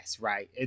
right